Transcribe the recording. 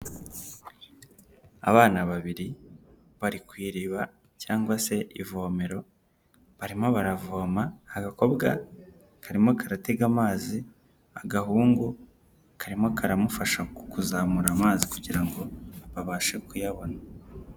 Abana babiri bari ku iriba cyangwa se ivomero, barimo baravoma, agakobwa karimo karatega amazi, agahungu karimo karamufasha kuzamura amazi kugira ngo babashe kuyabona.